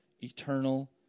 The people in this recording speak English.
eternal